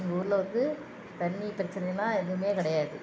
எங்கள் ஊரில் வந்து தண்ணி பிரச்சினையலாம் எதுவுமே கிடையாது